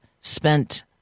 spent